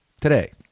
today